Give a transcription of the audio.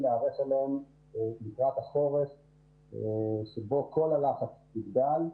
להיערך אליהם לקראת החורף שבו כל הלחץ יגדל,